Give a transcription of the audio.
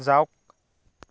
যাওক